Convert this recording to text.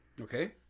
Okay